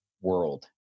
world